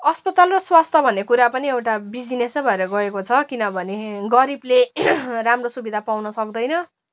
अस्पताल र स्वास्थ्य भन्ने कुरा पनि एउटा बिजिनेसै भएर गएको छ किनभने गरिबले राम्रो सुविदा पाउन सक्दैन